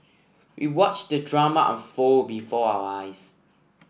we watched the drama unfold before our eyes